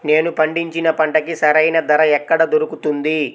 నేను పండించిన పంటకి సరైన ధర ఎక్కడ దొరుకుతుంది?